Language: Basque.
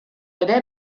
ere